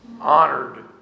honored